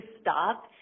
stop